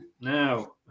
Now